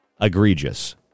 egregious